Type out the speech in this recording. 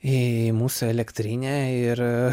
į mūsų elektrinę ir